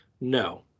No